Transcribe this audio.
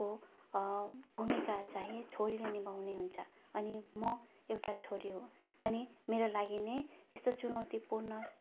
को भूमिका चाहिँ छोरीले निभाउनु हुन्छ अनि म एउटा छोरी हो अनि मेरो लागि नै यस्तो चुनौतीपूर्ण